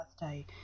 birthday